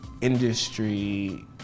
industry